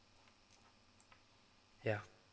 ya